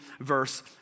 verse